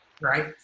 right